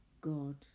God